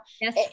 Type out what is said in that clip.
Yes